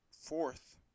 fourth